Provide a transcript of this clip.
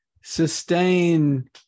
sustain